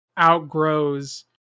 outgrows